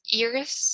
ears